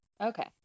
Okay